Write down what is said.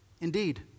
Indeed